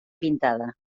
pintada